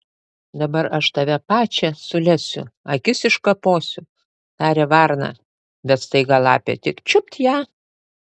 dabar aš tave pačią sulesiu akis iškaposiu tarė varna bet staiga lapė tik čiupt ją